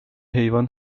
حیوان